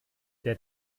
der